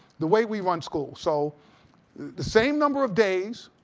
the way we run schools, so the same number of days,